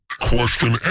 Question